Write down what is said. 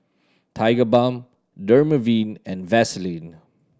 Tigerbalm Dermaveen and Vaselin